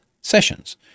sessions